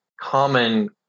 common